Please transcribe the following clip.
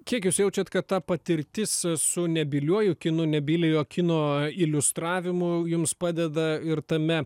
kiek jūs jaučiat kad ta patirtis su nebyliuoju kinu nebyliojo kino iliustravimu jums padeda ir tame